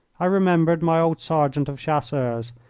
i remembered my old sergeant of chasseurs,